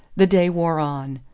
the day wore on.